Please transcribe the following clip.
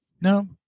No